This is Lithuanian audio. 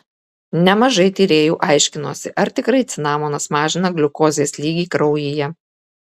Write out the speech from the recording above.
nemažai tyrėjų aiškinosi ar tikrai cinamonas mažina gliukozės lygį kraujyje